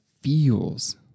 feels